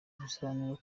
ibisobanuro